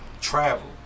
Travel